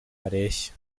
areshya